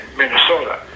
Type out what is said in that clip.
minnesota